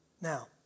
Now